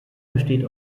besteht